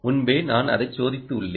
முன்பே நான் அதை சோதித்துள்ளேன்